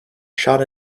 shot